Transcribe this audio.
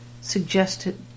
suggested